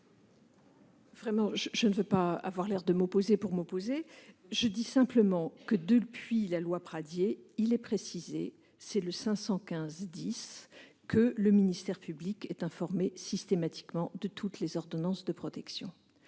sceaux. Je ne veux pas avoir l'air de m'opposer pour m'opposer, mais je dis simplement que, depuis la loi Pradié, il est précisé à l'article 515-10 que le ministère public est informé systématiquement de toutes les ordonnances de protection.